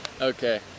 Okay